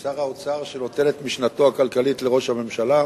שר האוצר שנותן את משנתו הכלכלית לראש הממשלה,